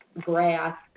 grass